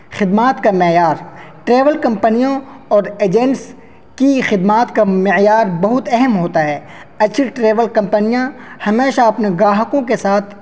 خدمات کا معیار ٹریول کمپنیوں اور ایجنٹس کی خدمات کا معیار بہت اہم ہوتا ہے اچھی ٹریول کمپنیاں ہمیشہ اپنے گاہکوں کے ساتھ